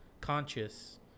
conscious